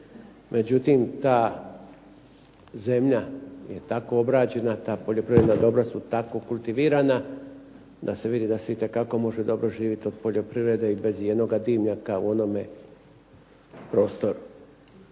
međutim ta zemlja je tako obrađena, ta poljoprivredna dobra su tako kultivirana da se vidi da se itekako može dobro živjeti od poljoprivrede i bez ijednoga dimnjaka u onome prostoru.